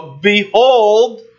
behold